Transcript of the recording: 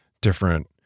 different